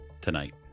tonight